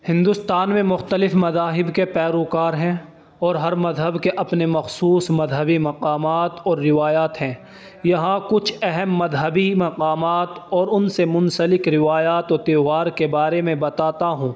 ہندوستان میں مختلف مذاہب کے پیروکار ہیں اور ہر مذہب کے اپنے مخصوص مذہبی مقامات اور روایات ہیں یہاں کچھ اہم مذہبی مقامات اور ان سے منسلک روایات و تہوار کے بارے میں بتاتا ہوں